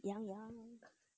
yang yang